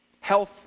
health